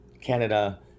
Canada